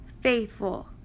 faithful